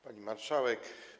Pani Marszałek!